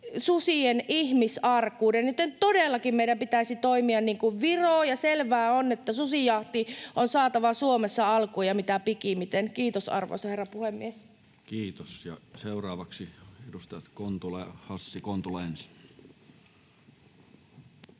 susien ihmisarkuuden, joten todellakin meidän pitäisi toimia niin kuin Virossa, ja selvää on, että susijahti on saatava Suomessa alkuun ja mitä pikimmiten. — Kiitos, arvoisa herra puhemies. Kiitos. — Ja seuraavaksi edustajat Kontula ja Hassi. Kontula ensin.